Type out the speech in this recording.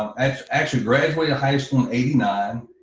i mean actually graduated high school in eighty nine,